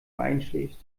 einschläfst